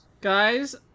Guys